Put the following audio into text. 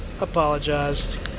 apologized